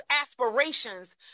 aspirations